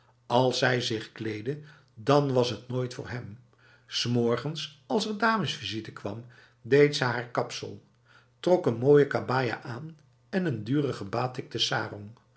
als zij zich kleedde dan was dat nooit voor hem s morgens als er damesvisite kwam deed zij haar kapsel trok n mooie kabaja aan en n dure